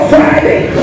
Friday